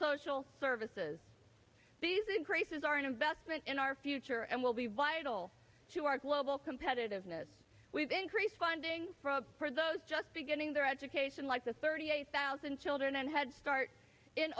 social services these increases are an investment in our future and will be vital to our global competitiveness we've increased funding for those just beginning their education like the thirty eight thousand children and head start in